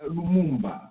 Lumumba